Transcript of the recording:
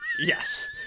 Yes